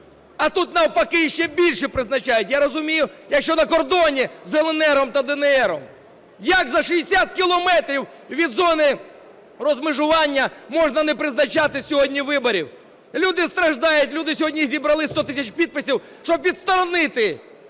А тут, навпаки, ще більше призначають. Я розумію, якщо на кордоні з "ЛНР" та "ДНР". Як за 60 кілометрів від зони розмежування можна не призначати сьогодні виборів? Люди страждають, люди сьогодні зібрали 100 тисяч підписів, щоб відсторонити